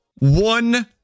one